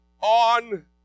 on